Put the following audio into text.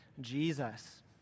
Jesus